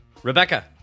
Rebecca